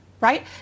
right